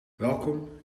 welkom